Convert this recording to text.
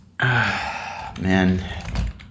Man